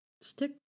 stick